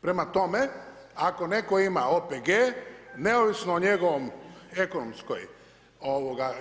Prema tome, ako netko ima OPG neovisno o njegovom